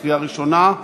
קריאה ראשונה.